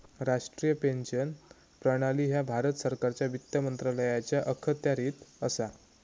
राष्ट्रीय पेन्शन प्रणाली ह्या भारत सरकारच्या वित्त मंत्रालयाच्या अखत्यारीत असा